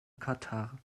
katar